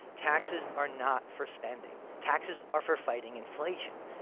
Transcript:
taxes are not for spending. taxes are for fighting inflation.